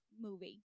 movie